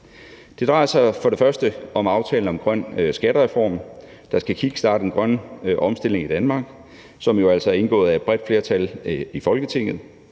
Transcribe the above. Det drejer sig for det første om aftalen om en grøn skattereform, der skal kickstarte den grønne omstilling i Danmark, og som jo altså er indgået af et bredt flertal i Folketinget.